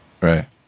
Right